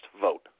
vote